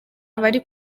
bari